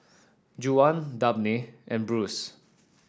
Juwan Dabney and Bruce